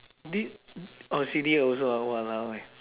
this oh silly also ah !walao! eh